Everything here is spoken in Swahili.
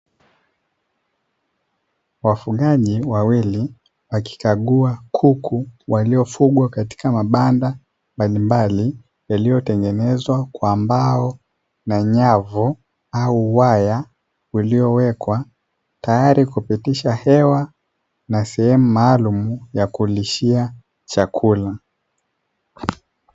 Wafugaji wawili wakikagua kuku waliofugwa katika mabanda mbalimbali yaliyotengenezwa kwa mbao na nyavu au waya, uliowekwa tayari kupitisha hewa na sehemu maalumu ya kulishia chakula.